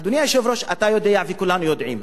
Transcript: אדוני היושב-ראש, אתה יודע, וכולנו יודעים,